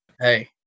hey